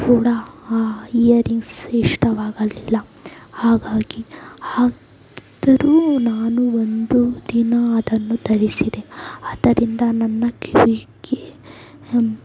ಕೂಡ ಆ ಇಯರಿಂಗ್ಸ್ ಇಷ್ಟವಾಗಲಿಲ್ಲ ಹಾಗಾಗಿ ಆದರೂ ನಾನು ಒಂದು ದಿನ ಅದನ್ನು ತರಿಸಿದೆ ಅದರಿಂದ ನನ್ನ ಕಿವಿಗೆ